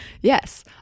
Yes